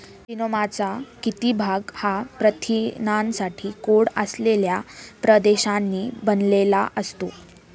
जीनोमचा किती भाग हा प्रथिनांसाठी कोड असलेल्या प्रदेशांनी बनलेला असतो?